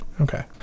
Okay